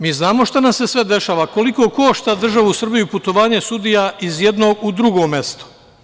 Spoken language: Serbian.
Mi znamo šta nam se sve dešava, koliko košta državu Srbiju putovanje sudija iz jednog u drugo mesto.